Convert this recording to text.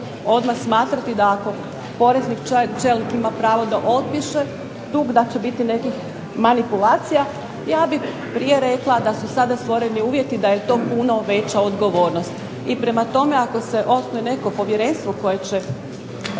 odmah smatrati da ako porezni čelnik ima pravo da otpiše dug da će biti nekih manipulacija, ja bih prije rekla da su sada stvoreni uvjeti da je to puno veća odgovornost. I prema tome ako se osnuje neko povjerenstvo koje će